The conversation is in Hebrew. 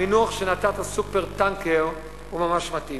המינוח שנתת "סופר-טנקר" הוא ממש מתאים.